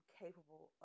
capable